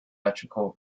electrical